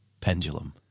Pendulum